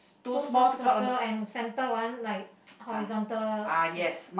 two small circle and centre one like horizontal slope